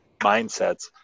mindsets